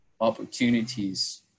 opportunities